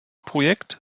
projekt